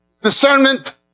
discernment